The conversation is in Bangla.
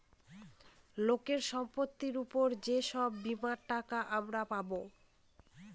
লোকের সম্পত্তির উপর যে সব বীমার টাকা আমরা পাবো